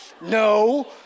No